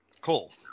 Cool